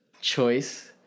choice